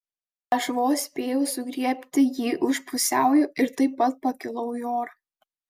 aš vos spėjau sugriebti jį už pusiaujo ir taip pat pakilau į orą